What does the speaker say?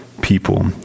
people